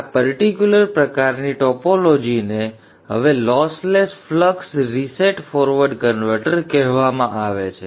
આ પર્ટિક્યુલર પ્રકારની ટોપોલોજીને હવે lossless flux reset forward converter કહેવામાં આવે છે